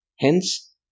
Hence